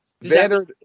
Vander